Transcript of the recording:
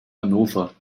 hannover